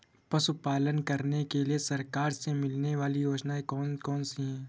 पशु पालन करने के लिए सरकार से मिलने वाली योजनाएँ कौन कौन सी हैं?